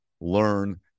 Learn